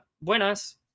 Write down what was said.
buenas